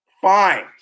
Fine